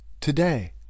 today